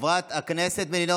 חברי הכנסת, מי שבעד, הוא בעד